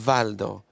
Valdo